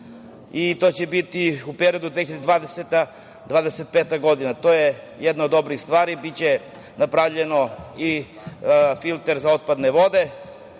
i to će biti u periodu 2020-2025. godina. To je jedna od dobrih stvari. Biće napravljen i filter za otpadne vode,